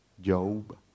Job